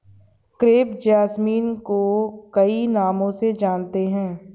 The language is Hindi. क्रेप जैसमिन को कई नामों से जानते हैं